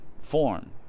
form